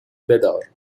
بدار